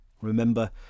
Remember